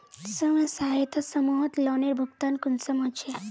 स्वयं सहायता समूहत लोनेर भुगतान कुंसम होचे?